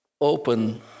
open